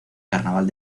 carnaval